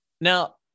Now